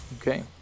okay